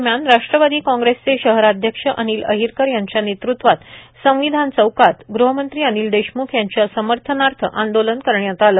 दरम्यान राष्ट्रवादी कॉग्रेसचे शहराध्यक्ष अनिल अहिरकर यांच्या नेतृत्वात संविधान चौकात अनिल देशमुख यांच्या समर्थनार्थ आंदोलन करण्यात आले